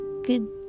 Good